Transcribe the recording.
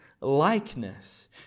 likeness